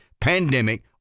pandemic